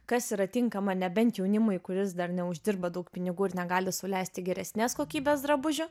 kas yra tinkama nebent jaunimui kuris dar neuždirba daug pinigų ir negali sau leisti geresnės kokybės drabužių